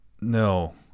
No